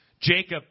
Jacob